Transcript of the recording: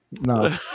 No